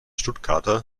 stuttgarter